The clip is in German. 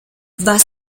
was